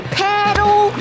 paddle